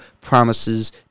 promises